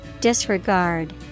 Disregard